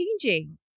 changing